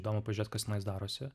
įdomu pažiūrėt kas tenais darosi